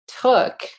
took